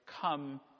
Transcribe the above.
come